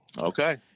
Okay